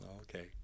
okay